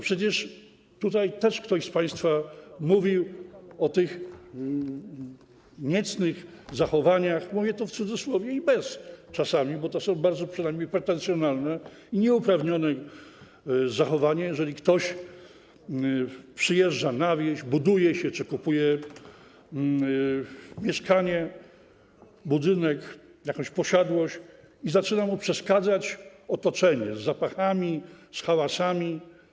Przecież ktoś z państwa mówił o tych niecnych zachowaniach - mówię to w cudzysłowie i czasami bez - bo to są bardzo pretensjonalne i nieuprawnione zachowania, jeżeli ktoś przyjeżdża na wieś, buduje się czy kupuje mieszkanie, budynek, jakąś posiadłość i zaczyna mu przeszkadzać otoczenie, z zapachami, z hałasami.